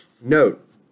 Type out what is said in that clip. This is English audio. Note